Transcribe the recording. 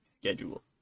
schedule